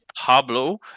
pablo